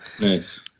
Nice